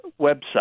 website